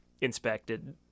inspected